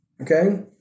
Okay